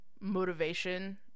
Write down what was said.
motivation